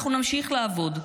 אנחנו נמשיך לעבוד,